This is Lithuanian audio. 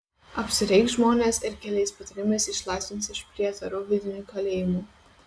apsireikš žmonės ir keliais patarimais išlaisvins iš prietarų vidinių kalėjimų